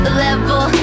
level